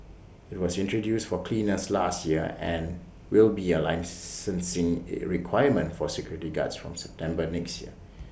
IT was introduced for cleaners last year and will be A licensing requirement for security guards from September next year